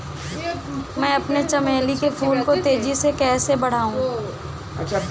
मैं अपने चमेली के फूल को तेजी से कैसे बढाऊं?